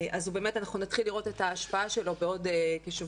אז באמת אנחנו נתחיל לראות את ההשפעה שלו בעוד כשבוע,